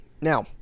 Now